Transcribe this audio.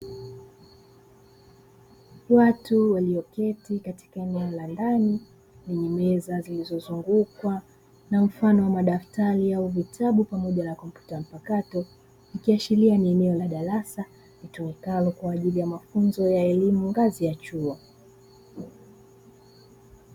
Watu walioketi katika eneo la ndani lenye meza zilizozungukwa na mfano wa madaftari au vitabu pamoja na kompyuta mpakato. Ikiashiria ni eneo la madarasa litumikalo kwa ajili ya mafunzo ya elimu ngazi ya chuo.